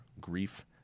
grief